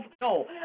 no